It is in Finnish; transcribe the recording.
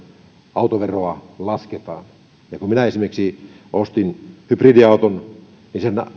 autoveroa lasketaan kun esimerkiksi minä ostin hybridiauton niin sen